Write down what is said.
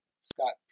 Scott